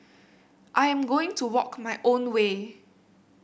I am going to walk my own way